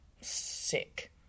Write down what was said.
Sick